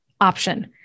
option